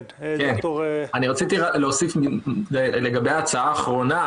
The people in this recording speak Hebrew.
רציתי להוסיף לגבי ההצעה האחרונה